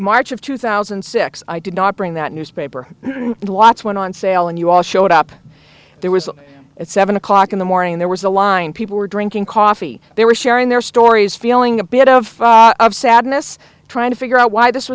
march of two thousand and six i did not bring that newspaper lots went on sale and you all showed up there was at seven o'clock in the morning there was a line people were drinking coffee they were sharing their stories feeling a bit of sadness trying to figure out why this